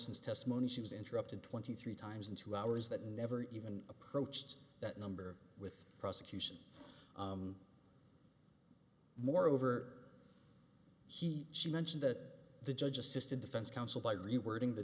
morrison's testimony she was interrupted twenty three times in two hours that never even approached that number with the prosecution moreover he she mentioned that the judge assisted defense counsel by rewording the